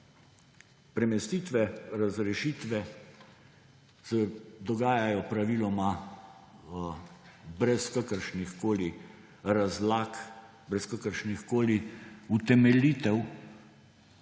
Premestitve, razrešitve se dogajajo praviloma brez kakršnihkoli razlag, brez kakršnihkoli utemeljitev,